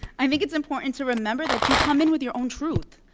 i think it's important to remember that you come in with your own truth.